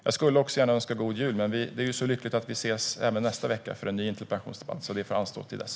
Jag skulle gärna önska god jul, men det är så lyckligt att vi ses även nästa vecka, för en ny interpellationsdebatt, så det får anstå till dess.